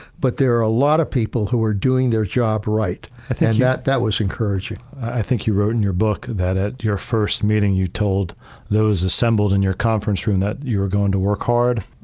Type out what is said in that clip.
but there are a lot of people who are doing their job, right, and that that that was encouraging. i think you wrote in your book that at your first meeting, you told those assembled in your conference room that you're going to work hard,